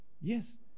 Yes